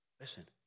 Listen